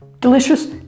delicious